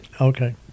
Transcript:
Okay